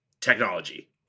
Technology